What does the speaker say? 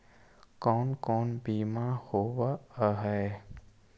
कोन कोन बिमा होवय है?